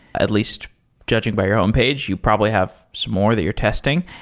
at least judging by your homepage, you probably have some more that you're testing.